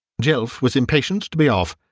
jelf was impatient to be off,